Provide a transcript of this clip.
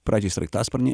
pradžiai sraigtasparnį